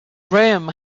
graham